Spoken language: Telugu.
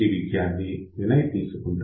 విద్యార్థి వినయ్ తీసుకుంటారు